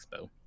Expo